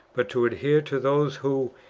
but to adhere to those who,